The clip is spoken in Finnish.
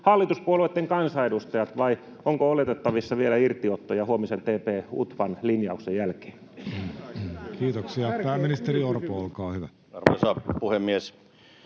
hallituspuolueitten kansanedustajat? Vai onko oletettavissa vielä irtiottoja huomisen TP-UTVAn linjauksen jälkeen? Kiitoksia. — Pääministeri Orpo, olkaa hyvä. Arvoisa puhemies!